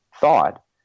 thought